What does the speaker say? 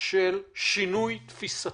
של שינוי תפיסתי.